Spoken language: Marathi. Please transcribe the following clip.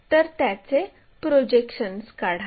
तर त्याचे प्रोजेक्शन्स काढा